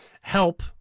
Help